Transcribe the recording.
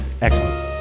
excellent